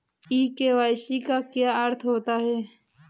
ई KYC का क्या अर्थ होता है?